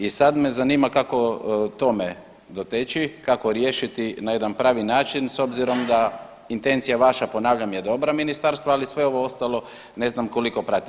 I sad me zanima kako tome doteći, kako riješiti na jedan pravi način s obzirom da intencija vaša ponavljam je dobra ministarstva, ali sve ovo ostalo ne znam koliko prati.